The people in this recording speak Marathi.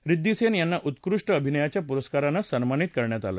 रिद्वी सेन यांना उत्कृष्ट अभिनयाच्या पुरस्कारानं सन्मानित करण्यात आलं